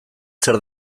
zer